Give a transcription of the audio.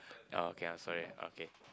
oh okay ah sorry okay